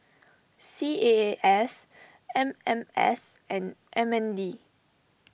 C A A S M M S and M N D